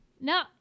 No